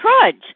trudge